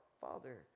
Father